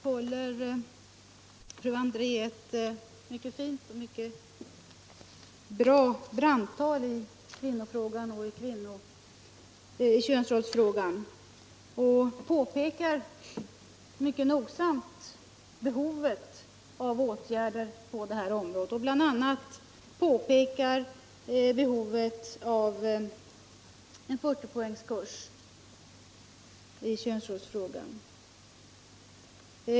Herr talman! Först håller fru André ett mycket fint och mycket bra brandtal i kvinnofrågan och könsrollsfrågan. Hon påpekar mycket nogsamt behovet av åtgärder på det här området, och bl.a. påpekar hon behovet av en 40-poängskurs i könsrollsfrågan.